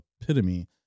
epitome